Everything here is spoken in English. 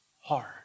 hard